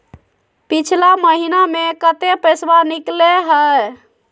पिछला महिना मे कते पैसबा निकले हैं?